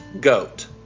goat